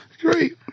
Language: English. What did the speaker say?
Great